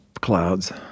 clouds